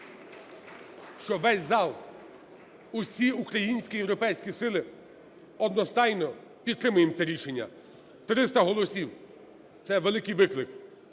що весь зал, усі українські і європейські сили одностайно підтримають це рішення. 300 голосів – це великий виклик,